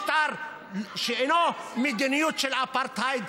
כי זה משטר שאינו מדיניות של אפרטהייד,